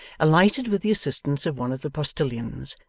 alighted with the assistance of one of the postilions,